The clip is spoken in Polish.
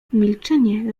milczenie